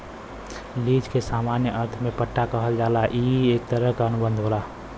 lease के सामान्य अर्थ में पट्टा कहल जाला ई एक तरह क अनुबंध होला